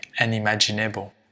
unimaginable